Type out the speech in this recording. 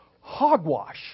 Hogwash